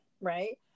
right